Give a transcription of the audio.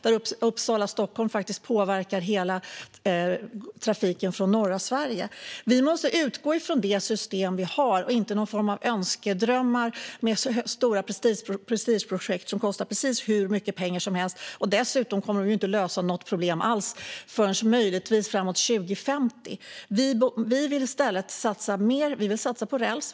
Uppsala-Stockholm påverkar hela trafiken från norra Sverige. Vi måste utgå från det system som finns och inte någon form av önskedrömmar om stora prestigeprojekt som kostar precis hur mycket pengar som helst. Dessutom kommer de inte att lösa något problem alls förrän möjligtvis framåt 2050. Vi vill satsa på räls.